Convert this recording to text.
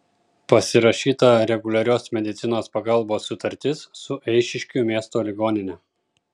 pasirašyta reguliarios medicinos pagalbos sutartis su eišiškių miesto ligonine